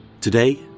Today